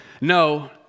no